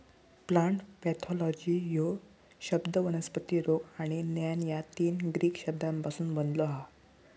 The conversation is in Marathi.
प्लांट पॅथॉलॉजी ह्यो शब्द वनस्पती रोग आणि ज्ञान या तीन ग्रीक शब्दांपासून बनलो हा